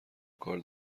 کار